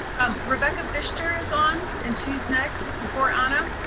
um rebecca fischer is on, and she's next, before ana.